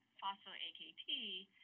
phospho-AKT